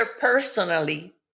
personally